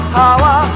power